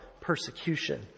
persecution